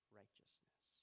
righteousness